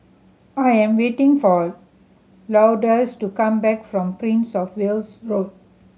I am waiting for Lourdes to come back from Prince Of Wales Road